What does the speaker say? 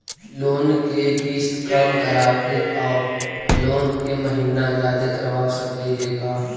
Loan के किस्त कम कराके औ लोन के महिना जादे करबा सकली हे का?